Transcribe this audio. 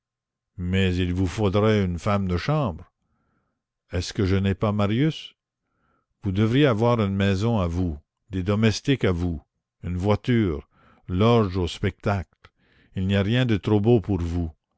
mais il vous faudrait une femme de chambre est-ce que je n'ai pas marius vous devriez avoir une maison à vous des domestiques à vous une voiture loge au spectacle il n'y a rien de trop beau pour vous